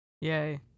Yay